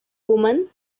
woman